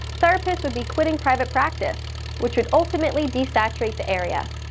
therapists would be quitting private practice which would ultimately desaturate the area.